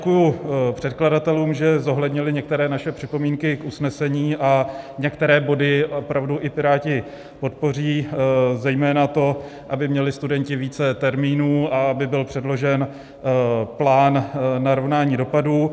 Děkuji předkladatelům, že zohlednili některé naše připomínky k usnesení a některé body opravdu i Piráti podpoří, zejména to, aby měli studenti více termínů a aby byl předložen plán narovnání dopadů.